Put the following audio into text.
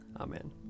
Amen